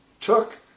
took